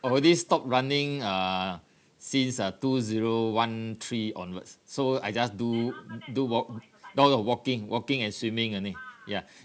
already stop running uh since uh two zero one three onwards so I just do do walk no no walking walking and swimming only ya